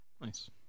Nice